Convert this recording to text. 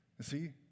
see